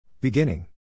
Beginning